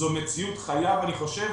זו מציאות חייו, אני חושב,